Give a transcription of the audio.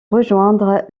rejoindre